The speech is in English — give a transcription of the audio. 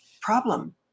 problem